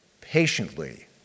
patiently